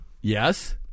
Yes